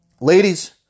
Ladies